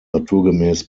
naturgemäß